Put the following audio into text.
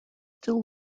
still